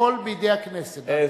הכול בידי הכנסת.